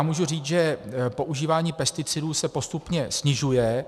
Můžu říct, že používání pesticidů se postupně snižuje.